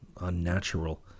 unnatural